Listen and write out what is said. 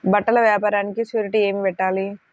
బట్టల వ్యాపారానికి షూరిటీ ఏమి పెట్టాలి?